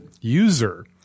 user